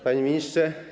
Panie Ministrze!